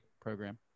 program